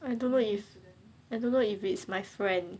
I don't know I don't know if it's my friend